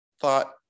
thought